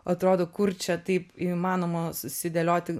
atrodo kur čia taip įmanoma susidėlioti